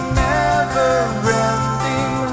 never-ending